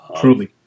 Truly